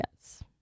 Yes